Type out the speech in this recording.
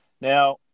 Now